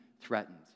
threatened